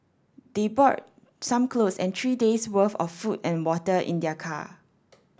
they brought some clothes and three days' worth of food and water in their car